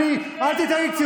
אל תיתן לו.